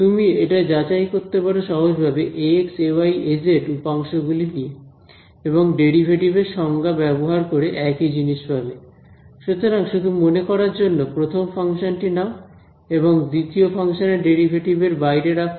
তুমি এটা যাচাই করতে পারো সহজভাবে Ax Ay Az উপাংশ গুলি নিয়ে এবং ডেরিভেটিভ এর সংজ্ঞা ব্যবহার করে একই জিনিস পাবে সুতরাং শুধু মনে করার জন্য প্রথম ফাংশন টি নাও এবং দ্বিতীয় ফাংশানের ডেরিভেটিভ এর বাইরে রাখ